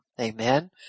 amen